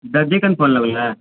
दर्जीके phone लगलैए